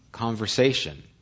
conversation